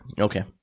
Okay